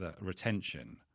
retention